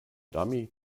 dummy